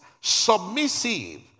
submissive